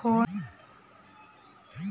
PhonePe का होला?